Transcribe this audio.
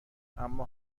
اما